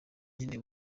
nkeneye